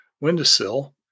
windowsill